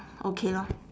okay lor